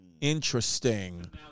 interesting